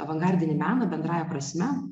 avangardinį meną bendrąja prasme